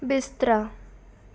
ਬਿਸਤਰਾ